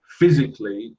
physically